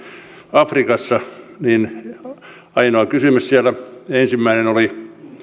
afrikassa niin ensimmäinen kysymys siellä oli